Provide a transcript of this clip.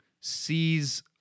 sees